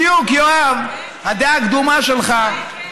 בדיוק, יואב, הדעה הקדומה שלך.